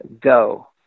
Go